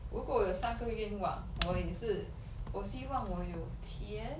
如果我有三个愿望我也是我希望我有钱